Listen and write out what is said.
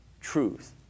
truth